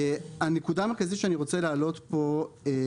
הנקודה המרכזית שאני רוצה להעלות פה היא